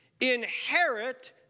inherit